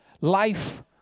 Life